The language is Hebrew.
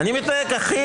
מי נמנע?